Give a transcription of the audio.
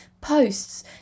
posts